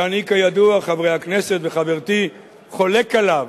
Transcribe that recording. שאני, כידוע, חברי הכנסת וחברתי, חולק עליו